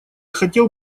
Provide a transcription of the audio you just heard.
хотел